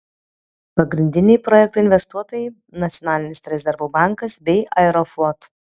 pagrindiniai projekto investuotojai nacionalinis rezervų bankas bei aeroflot